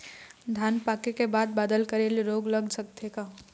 धान पाके के बाद बादल करे ले रोग लग सकथे का?